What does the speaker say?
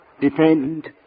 defend